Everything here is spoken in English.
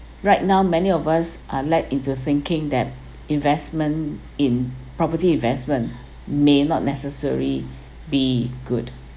right now many of us are let into thinking that investment in property investment may not necessary be good